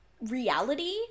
reality